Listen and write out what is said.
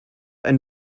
ein